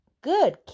Good